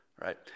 right